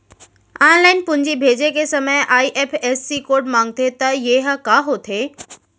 Online पूंजी भेजे के समय आई.एफ.एस.सी कोड माँगथे त ये ह का होथे?